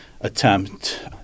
attempt